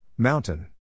Mountain